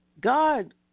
God